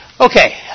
Okay